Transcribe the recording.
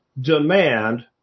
demand